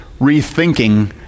rethinking